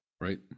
Right